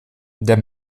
der